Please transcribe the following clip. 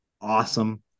Awesome